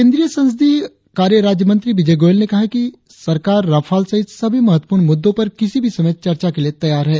केंद्रीय संसदीय कार्य राज्यमंत्री विजय गोयल ने कहा कि सरकार राफाल सहित सभी महत्वपूर्ण मुद्दों पर किसी भी समय चर्चा के लिए तैयार है